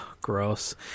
Gross